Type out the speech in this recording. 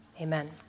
amen